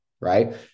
right